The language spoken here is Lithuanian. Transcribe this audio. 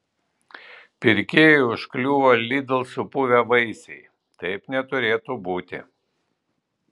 pirkėjui užkliuvo lidl supuvę vaisiai taip neturėtų būti